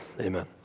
amen